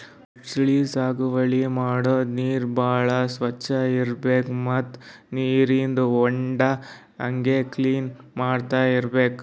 ಮೊಸಳಿ ಸಾಗುವಳಿ ಮಾಡದ್ದ್ ನೀರ್ ಭಾಳ್ ಸ್ವಚ್ಚ್ ಇರ್ಬೆಕ್ ಮತ್ತ್ ನೀರಿನ್ ಹೊಂಡಾ ಹಂಗೆ ಕ್ಲೀನ್ ಮಾಡ್ಕೊತ್ ಇರ್ಬೆಕ್